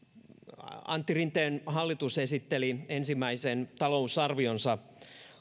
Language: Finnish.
antti rinteen hallitus esitteli ensimmäisen talousarvionsa